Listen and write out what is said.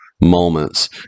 moments